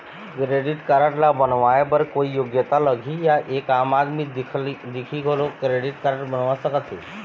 Credit card ला बनवाए बर कोई योग्यता लगही या एक आम दिखाही घलो क्रेडिट कारड बनवा सका थे?